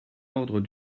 ordre